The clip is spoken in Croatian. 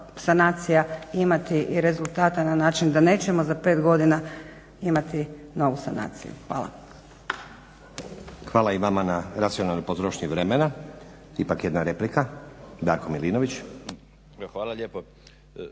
sanacija imati i rezultata na način da nećemo za 5 godina imati novu sanaciju. Hvala. **Stazić, Nenad (SDP)** Hvala i vama na racionalnoj potrošnji vremena, ipak jedna replika Darko Milinović. **Milinović,